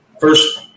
first